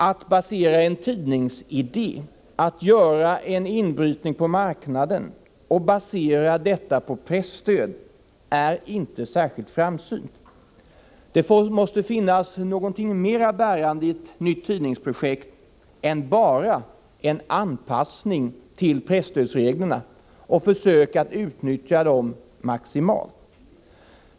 Att basera en tidningsidé på presstöd, att försöka göra en inbrytning på marknaden med hjälp av sådant stöd, är inte särskilt framsynt. Det måste finnas någonting mera bärande i ett nytt tidningsprojekt än bara en anpassning till presstödsreglerna och försök att utnyttja dem maximalt.